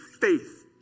faith